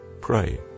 pray